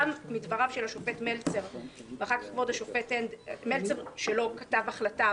גם מדבריו של השופט מלצר שלא כתב החלטה,